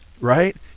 right